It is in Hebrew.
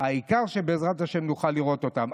העיקר שבעזרת השם נוכל לראות אותם.